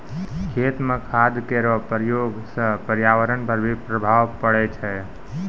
खेत म खाद केरो प्रयोग सँ पर्यावरण पर भी प्रभाव पड़ै छै